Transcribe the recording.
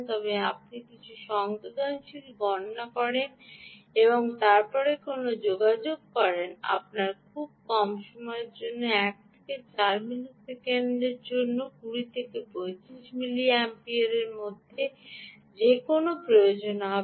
তবে আপনি কিছু সংবেদনশীল গণনা করেন এবং তারপরে কোনও যোগাযোগ করেন আপনার খুব কম সময়ের জন্য 1 থেকে 4 মিলি সেকেন্ডের জন্য 20 থেকে 35 মিলি অ্যাম্পিয়ারের মধ্যে যে কোনও প্রয়োজন হবে